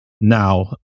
now